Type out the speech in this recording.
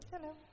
Hello